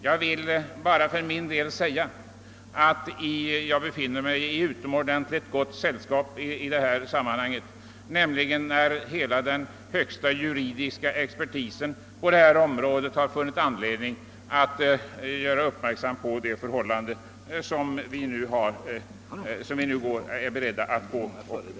Jag befinner mig emellertid i utomordentligt gott sällskap. Hela vår högsta juridiska expertis på området har nämligen funnit anledning att fästa uppmärksamheten på vad det innebär som vi här skulle komma att besluta om.